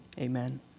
Amen